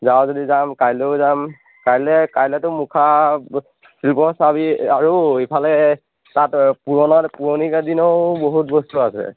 যাৱ যদি যাম কাইলেও যাম কাইলৈ কাইলেতো মুখা শিল্প চাবি আৰু ইফালে তাত পুৰণত পুৰণি দিনও বহুত বস্তু আছে